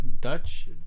Dutch